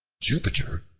jupiter,